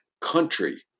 country